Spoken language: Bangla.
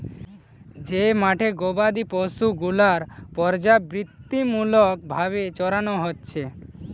যেই মাঠে গোবাদি পশু গুলার পর্যাবৃত্তিমূলক ভাবে চরানো হচ্ছে